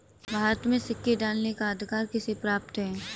भारत में सिक्के ढालने का अधिकार किसे प्राप्त है?